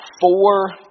four